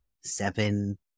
seven